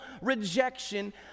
rejection